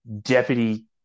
Deputy